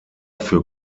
für